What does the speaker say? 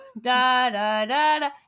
da-da-da-da